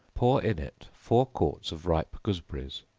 pour in it four quarts of ripe gooseberries,